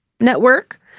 Network